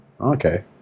Okay